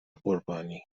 قربانی